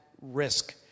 risk